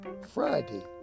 Friday